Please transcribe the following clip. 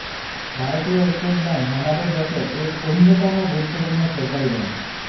ভারতীয় State Bank হামাদের দ্যাশোত এক অইন্যতম গুরুত্বপূর্ণ ছরকারি ব্যাঙ্ক